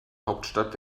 hauptstadt